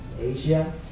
Asia